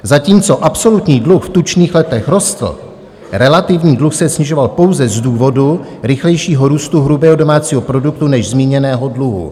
Zatímco absolutní dluh v tučných letech rostl, relativní dluh se snižoval pouze z důvodu rychlejšího růstu hrubého domácího produktu než zmíněného dluhu.